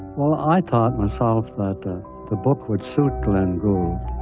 well, i thought myself that the book would suit glenn gould,